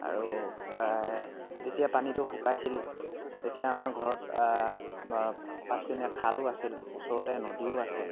আৰু প্ৰায় যেতিয়া পানীটো শুকাইছিল তেতিয়া আমাৰ ঘৰত পাছপিনে খালো আছিল ওচৰতে নদীও আছে